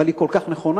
אבל היא כל כך נכונה,